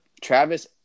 Travis